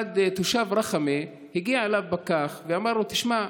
לתושב רח'מה הגיע פקח ואמר לו: תשמע,